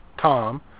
Tom